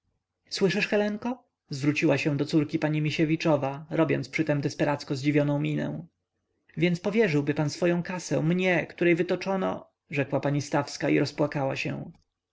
słyszysz helenko zwróciła się do córki pani misiewiczowa robiąc przytem desperacko zdziwioną minę więc powierzyłby pan swoję kasę mnie której wytoczono rzekła pani stawska i rozpłakała się